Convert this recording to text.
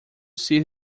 sit